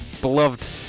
beloved